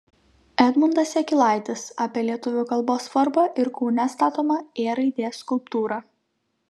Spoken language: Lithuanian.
edmundas jakilaitis apie lietuvių kalbos svarbą ir kaune statomą ė raidės skulptūrą